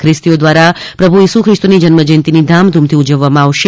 ખ્રિસ્તીઓ દ્વારા પ્રભુ ઇસુ ખ્રિસ્તની જન્જયંતિ ધામધૂમથી ઉજવવામાં આવશે